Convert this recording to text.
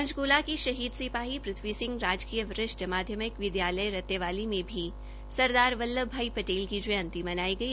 पंचक्ला के शहीद सिपाही पृथ्वी सिह राजकीय वरिष्ठ माध्यमिक विद्यालय रतेवाली ने भी सरदार वल्लभ भाई पटेल की जयंती मनाई गई